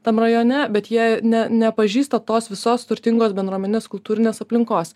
tam rajone bet jie ne nepažįsta tos visos turtingos bendruomenės kultūrinės aplinkos